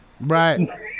Right